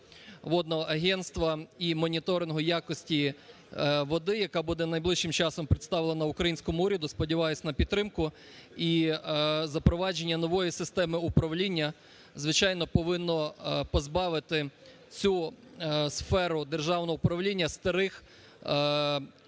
Водного агентства і моніторингу якості води, яка буде найближчим часом представлена українському уряду, сподіваюсь на підтримку, і запровадження нової системи управління, звичайно, повинно позбавити цю сферу державного управління старих, неефективних,